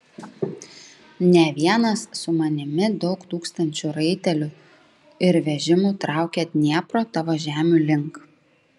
ne vienas su manimi daug tūkstančių raitelių ir vežimų traukia dniepro tavo žemių link